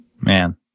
Man